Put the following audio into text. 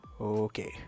Okay